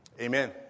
Amen